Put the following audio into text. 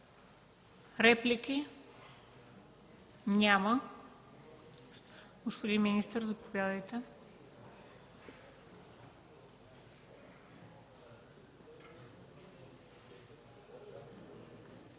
Реплики? Няма. Господин министър, заповядайте.